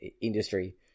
industry